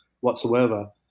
whatsoever